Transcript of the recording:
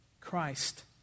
Christ